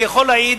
אני יכול להעיד,